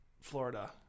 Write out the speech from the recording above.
Florida